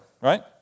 right